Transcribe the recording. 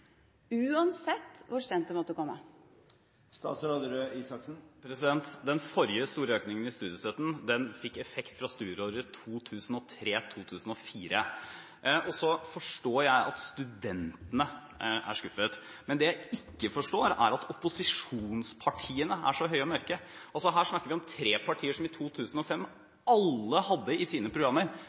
Den forrige store økningen i studiestøtten fikk effekt fra studieåret 2003–2004. Så forstår jeg at studentene er skuffet, men det jeg ikke forstår, er at opposisjonspartiene er så høye og mørke. Her snakker vi om tre partier som i 2005 alle hadde i sine programmer